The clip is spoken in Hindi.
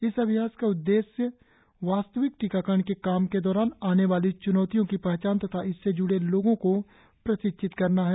इस अभ्यास का उद्देश्य वास्तविक टीकाकरण के काम के दौरान आने वाली च्नौतियों की पहचान तथा इससे जुडे लोगों को प्रशिक्षित करना है